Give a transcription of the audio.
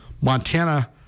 Montana